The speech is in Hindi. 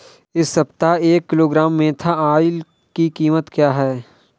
इस सप्ताह एक किलोग्राम मेन्था ऑइल की कीमत क्या है?